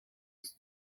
ist